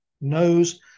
knows